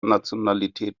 nationalität